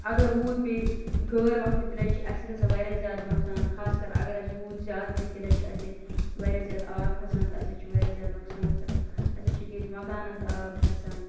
اگر روٗد پے غٲر وَکھتہٕ تیٚلہِ حظ چھُ اَسہِ گَژھان واریاہ زیادٕ نۄقصان خاص کر اگر حظ روٗد زیادٕ پے تیٚلہِ حظ چھُ اَسہِ ییٚتہِ واریاہ زیاد آب کھَسان تہٕ اَسہِ حظ چھُ واریاہ زیادٕ نۄقصان گَژھان اَسہِ حظ چھُ ییٚتہِ مَکانن تہِ آب کھَسان